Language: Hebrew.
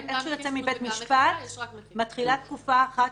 איך שהוא יוצא מבית המשפט מתחילה תקופה אחת,